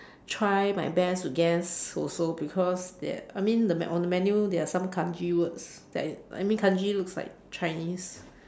try my best to guess also because there I mean the on the menu there are some Kanji words that is I mean Kanji looks like Chinese